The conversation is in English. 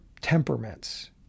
temperaments